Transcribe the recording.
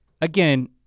again